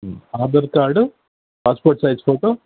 Aadhaar card passport size photo